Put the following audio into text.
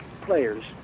players